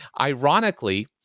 Ironically